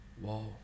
Wow